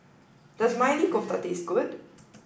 does Maili Kofta taste good